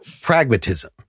pragmatism